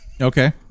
Okay